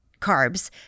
carbs